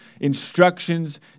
instructions